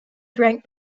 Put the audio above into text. drank